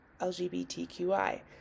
LGBTQI